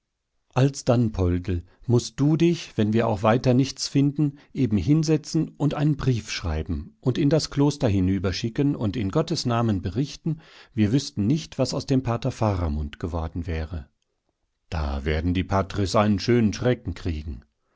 alsdann poldl mußt du dich wenn wir auch weiter nichts finden eben hinsetzen und einen brief schreiben und in das kloster hinüber schicken und in gottes namen berichten wir wüßten nicht was aus dem pater faramund geworden wäre da werden die patres einen schönen schrecken kriegen